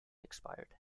expired